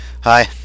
hi